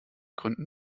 gründen